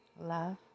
love